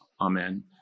Amen